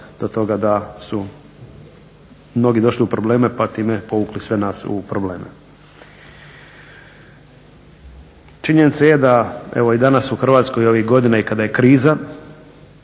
do toga da su mnogi došli u probleme pa time povukli sve nas u probleme. Činjenica je da evo i danas u Hrvatskoj i ovih godina i kada je kriza,